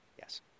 Yes